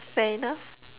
fair enough